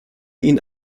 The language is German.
ihnen